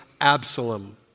Absalom